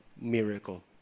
miracle